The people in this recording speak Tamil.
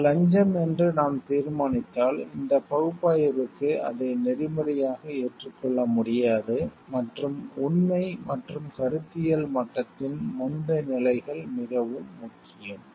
இது லஞ்சம் என்று நாம் தீர்மானித்தால் இந்த பகுப்பாய்விற்கு அதை நெறிமுறையாக ஏற்றுக்கொள்ள முடியாது மற்றும் உண்மை மற்றும் கருத்தியல் மட்டத்தின் முந்தைய நிலைகள் மிகவும் முக்கியம்